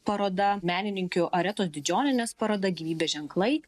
paroda menininkių aretos didžionienės paroda gyvybės ženklai